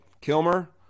kilmer